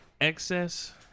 excess